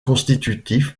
constitutifs